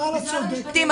משרד המשפטים,